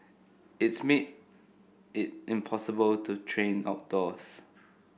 it's made it impossible to train outdoors